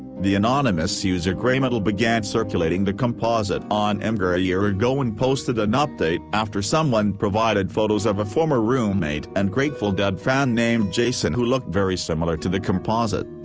the anonymous user greymetal began circulating the composite on imgur a year ago and posted an update after someone provided photos of a former roommate and grateful dead fan named jason who looked very similar to the composite.